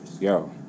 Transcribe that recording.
Yo